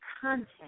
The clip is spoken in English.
content